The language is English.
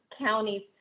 counties